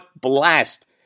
blast